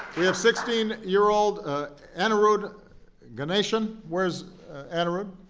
we have sixteen year old anarudh ganesan. where is anarudh?